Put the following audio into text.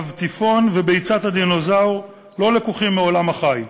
אבטיפון וביצת הדינוזאור לא לקוחים מעולם החי,